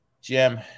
Jim